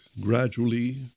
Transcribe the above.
gradually